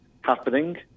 happening